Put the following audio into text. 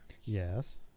Yes